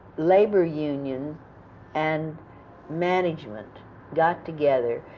labor unions and management got together